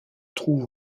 trouve